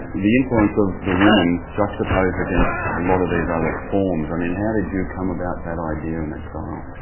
the influence of the woman juxtaposed against a lot of these other forms, i mean how did you come about that idea and that style?